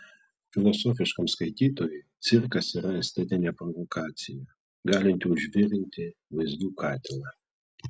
filosofiškam skaitytojui cirkas yra estetinė provokacija galinti užvirinti vaizdų katilą